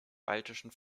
baltischen